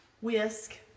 whisk